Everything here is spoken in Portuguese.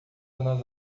nas